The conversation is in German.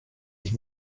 ich